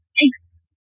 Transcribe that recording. Thanks